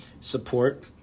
support